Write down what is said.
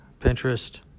Pinterest